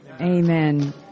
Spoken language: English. Amen